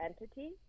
entity